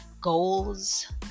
goals